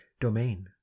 domain